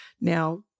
now